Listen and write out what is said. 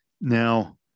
Now